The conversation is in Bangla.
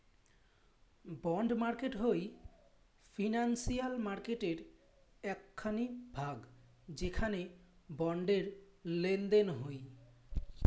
বন্ড মার্কেট হই ফিনান্সিয়াল মার্কেটের এক খানি ভাগ যেখানে বন্ডের লেনদেন হই